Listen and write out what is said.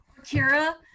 Kira